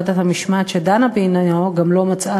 ועדת המשמעת שדנה בעניינו גם לא מצאה